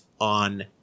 on